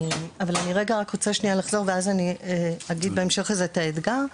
אני רוצה לחזור רגע, ואז אני אגיד בהמשך את האתגר.